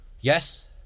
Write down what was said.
Yes